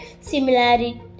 similarity